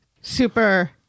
Super